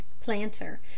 Planter